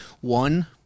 One